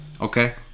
Okay